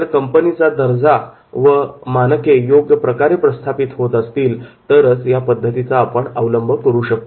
जर कंपनीचा दर्जा व मानके योग्य प्रकारे प्रस्थापित होत असतील तरच या पद्धतीचा आपण अवलंब करू शकतो